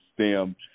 stem